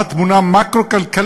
מה התמונה המקרו-כלכלית?